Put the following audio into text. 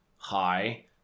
high